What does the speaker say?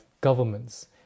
governments